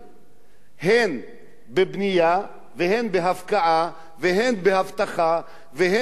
הן בבנייה והן בהפקעה והן באבטחה והן בכבישים